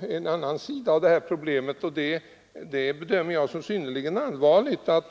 en annan sida av dessa problem, som jag bedömer som synnerligen allvarlig.